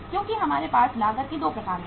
क्योंकि हमारे पास लागत के 2 प्रकार हैं